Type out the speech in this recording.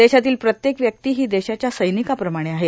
देशातील प्रत्येक व्यक्ती ही देशाच्या सैनिकाप्रमाणे आहे